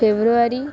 February